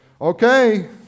okay